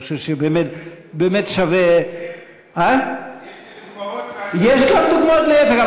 אני חושב שבאמת שווה --- יש לי דוגמאות --- יש גם דוגמאות להפך,